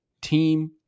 team